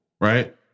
right